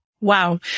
Wow